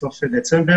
בסוף חודש דצמבר.